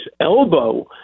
elbow